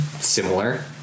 similar